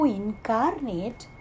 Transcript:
incarnate